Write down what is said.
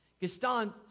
Gaston